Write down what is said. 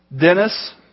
Dennis